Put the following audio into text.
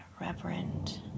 reverent